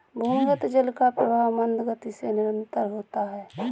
भूमिगत जल का प्रवाह मन्द गति से निरन्तर होता है